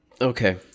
okay